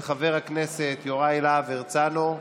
התש"ף 2020, של חבר הכנסת יוראי להב הרצנו.